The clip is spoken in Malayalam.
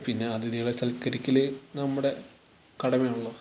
പിന്നെ അതിഥികളെ സൽക്കരിക്കല് നമ്മുടെ കടമയാണല്ലോ